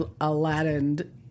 Aladdin